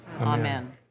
amen